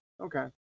Okay